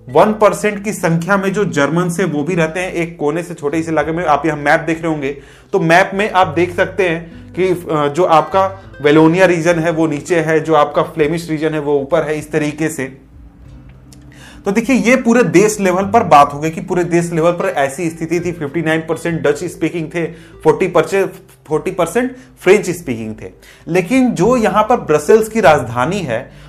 1% की संख्या में जो जर्मन से वो भी रहते हैं, एक कोने से छोटे इस इलाके में, आप यहाँ मैप देख रहे होंगे, तो मैप में आप देख सकते हैं कि, अ, जो आपका वेलोनिया region है, वो नीचे है, जो आपका फ्लेमिश region है, वो ऊपर है, इस तरीके से। तो देखिए, ये पूरे देश level पर बात हो गई कि पूरे देश level पर ऐसी स्थिति थी, 59% डच speaking थे, 40% 40% फ्रेंच speaking थे। लेकिन जो यहाँ पर ब्रसेल्स की राजधानी है,